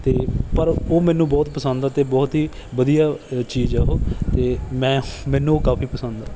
ਅਤੇ ਪਰ ਉਹ ਮੈਨੂੰ ਬਹੁਤ ਪਸੰਦ ਆ ਅਤੇ ਬਹੁਤ ਹੀ ਵਧੀਆ ਚੀਜ਼ ਆ ਉਹ ਅਤੇ ਮੈਂ ਮੈਨੂੰ ਉਹ ਕਾਫ਼ੀ ਪਸੰਦ ਆ